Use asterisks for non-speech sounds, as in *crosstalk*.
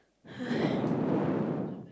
*breath*